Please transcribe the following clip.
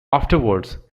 afterwards